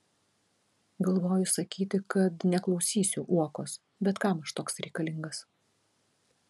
galvoju sakyti kad neklausysiu uokos bet kam aš toks reikalingas